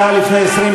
מדינתנו?